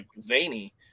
zany